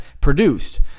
produced